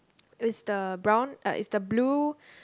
is the brown uh is the blue